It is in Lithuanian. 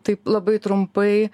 apie taip labai trumpai